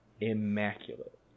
immaculate